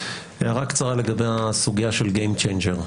הערה קצרה לגבי הסוגייה של גיים צ'נג'ר.